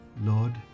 Lord